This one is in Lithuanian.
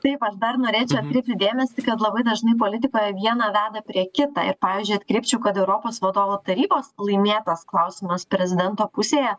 taip aš dar norėčiau atkreipti dėmesį kad labai dažnai politikoje viena veda prie kita ir pavyzdžiui atkreipčiau kada europos vadovų tarybos laimėtas klausimas prezidento pusėje